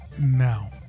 now